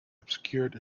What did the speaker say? obscured